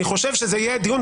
אני חושב שזה יהיה דיון,